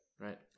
Right